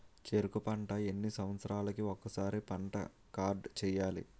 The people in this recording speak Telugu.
చెరుకు పంట ఎన్ని సంవత్సరాలకి ఒక్కసారి పంట కార్డ్ చెయ్యాలి?